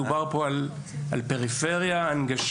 דובר פה על פריפריה והנגשת